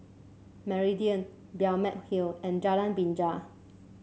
Meridian Balmeg Hill and Jalan Binja